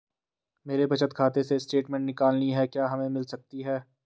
मेरे बचत खाते से स्टेटमेंट निकालनी है क्या हमें मिल सकती है?